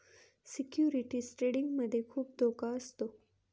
securities trading मध्ये खुप धोका असतो